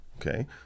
Okay